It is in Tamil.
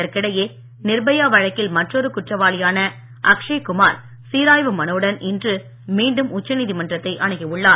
இதற்கிடையே நிர்பயா வழக்கில் மற்றொரு குற்றவாளியான அக்சய குமார் சீராய்வு மனுவுடன் இன்று மீண்டும் உச்சநீதிமன்றத்தை அனுகியுள்ளார்